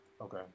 okay